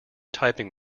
typing